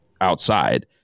outside